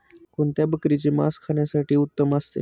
कोणत्या बकरीचे मास खाण्यासाठी उत्तम असते?